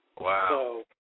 Wow